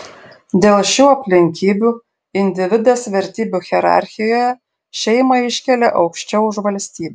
dėl šių aplinkybių individas vertybių hierarchijoje šeimą iškelia aukščiau už valstybę